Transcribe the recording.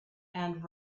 and